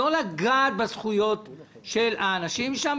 לא לגעת בזכויות של האנשים שם.